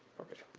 ok.